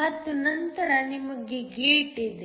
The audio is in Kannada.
ಮತ್ತು ನಂತರ ನಿಮಗೆ ಗೇಟ್ ಇದೆ